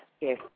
Yes